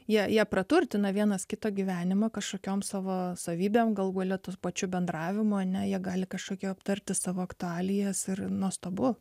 jie praturtina vienas kito gyvenimą kažkokioms savo savybėm galų gale tos pačių bendravimo ne jie gali kažkokiu aptarti savo aktualijas ir nuostabu